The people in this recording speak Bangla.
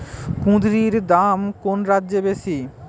কুঁদরীর দাম কোন রাজ্যে বেশি?